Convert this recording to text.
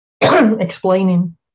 explaining